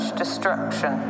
destruction